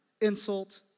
insult